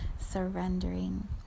surrendering